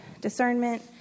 discernment